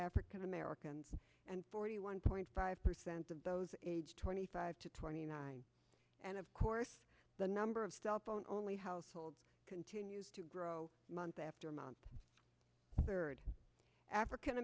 african american and forty one point five percent of those aged twenty five to twenty nine and of course the number of cellphone only households continues to grow month after month third african